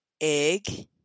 egg